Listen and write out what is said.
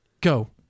go